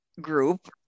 group